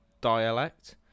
dialect